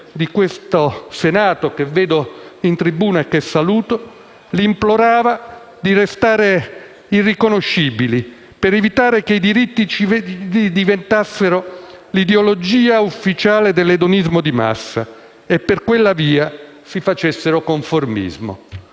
del Senato e che vedo oggi in tribuna e saluto), li implorava di restare irriconoscibili, per evitare che i diritti civili diventassero l'ideologia ufficiale dell'edonismo di massa e, per quella via, si facessero conformismo.